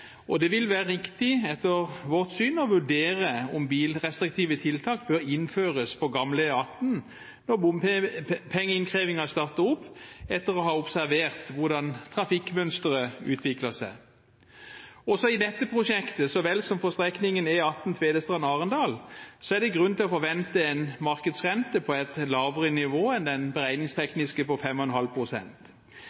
og det vil være riktig etter vårt syn å vurdere om bilrestriktive tiltak bør innføres på gamle E18 når bompengeinnkrevingen starter opp, etter å ha observert hvordan trafikkmønsteret utvikler seg. Også i dette prosjektet så vel som for strekningen E18 Tvedestrand–Arendal er det grunn til å forvente en markedsrente på et lavere nivå enn den